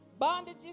bondages